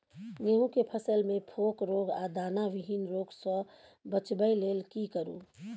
गेहूं के फसल मे फोक रोग आ दाना विहीन रोग सॅ बचबय लेल की करू?